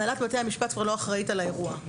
הנהלת בתי המשפט כבר לא אחראית על האירוע.